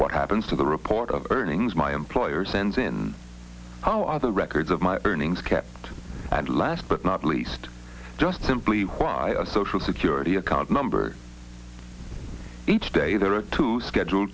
what happens to the report of earnings my employer sends in our other records of my earnings kept and last but not least just simply why our social security account number each day there are two scheduled